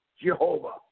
Jehovah